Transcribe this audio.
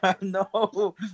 no